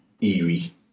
eerie